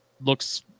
looks